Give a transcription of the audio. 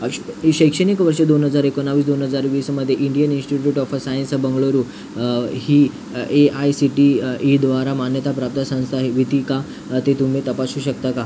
अक्ष शैक्षणिक वर्ष दोन हजार एकोणवीस दोन हजार वीसमध्ये Indian institute of uh science Bangalore ही ए आय सी टी ईद्वारा मान्यताप्राप्त संस्था हे विती का ते तुम्ही तपासू शकता का